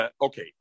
okay